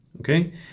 okay